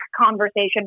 conversation